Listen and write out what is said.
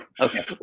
Okay